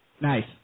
Nice